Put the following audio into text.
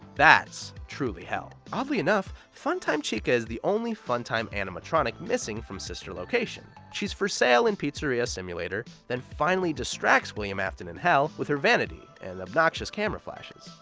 that's truly hell. oddly enough, funtime chica is the only funtime animatronic missing from sister location. she's for sale in pizzeria simulator, then finally distracts william afton in hell with her vanity and obnoxious camera flashes.